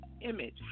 image